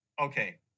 Okay